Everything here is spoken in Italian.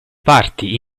parti